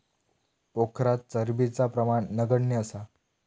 पोखरात चरबीचा प्रमाण नगण्य असा